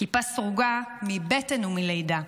כיפה סרוגה מבטן ומלידה.